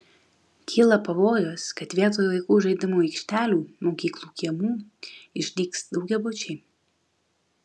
kyla pavojus kad vietoj vaikų žaidimų aikštelių mokyklų kiemų išdygs daugiabučiai